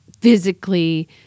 physically